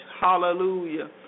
hallelujah